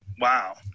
Wow